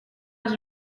was